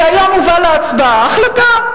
כי היום הובאה להצבעה החלטה.